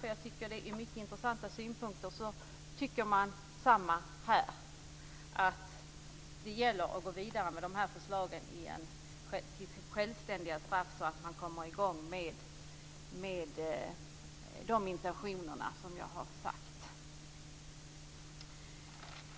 finns många intressanta synpunkter. Här tycker man samma sak. Det gäller att gå vidare med förslagen om självständiga straff så att man kommer igång med de intentioner som jag har nämnt.